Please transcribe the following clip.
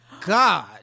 God